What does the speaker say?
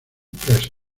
presas